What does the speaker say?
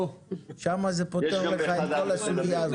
שמה זה פותר לך את כל הסוגיה הזאת.